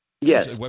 Yes